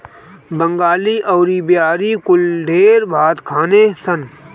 बंगाली अउरी बिहारी कुल ढेर भात खाने सन